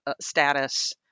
status